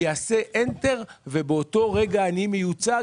הוא יעשה אנטר ובאותו רגע אני מיוצג